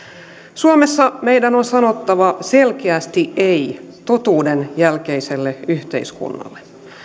suomessa meidän on sanottava selkeästi ei totuuden jälkeiselle yhteiskunnalle